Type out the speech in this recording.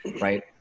right